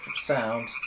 sound